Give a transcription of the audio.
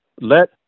Let